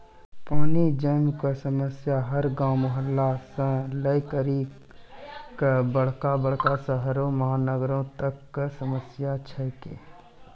पानी जमै कॅ समस्या हर गांव, मुहल्ला सॅ लै करिकॅ बड़का बड़का शहरो महानगरों तक कॅ समस्या छै के